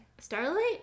Starlight